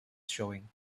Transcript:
showing